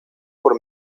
por